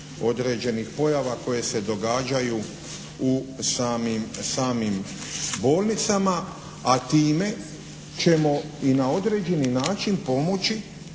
određenih pojava koje se događaju u samim bolnicama, a time ćemo i na određeni način pomoći